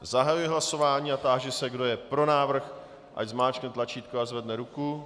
Zahajuji hlasování a táži se, kdo je pro návrh, ať zmáčkne tlačítko a zvedne ruku.